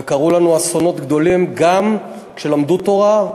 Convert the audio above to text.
וקרו לנו אסונות גדולים גם כשלמדו תורה,